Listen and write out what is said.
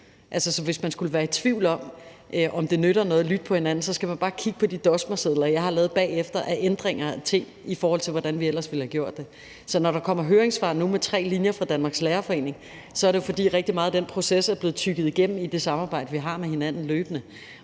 hvis man skulle være i tvivl om, om det nytter noget at lytte til hinanden, skal man bare kigge på de dosmersedler, jeg har lavet bagefter, med ændringer af ting, i forhold til hvordan vi ellers ville have gjort det. Så når der kommer høringssvar nu med tre linjer fra Danmarks Lærerforening, er det jo, fordi rigtig meget af den proces er blevet tygget igennem i det samarbejde, vi har løbende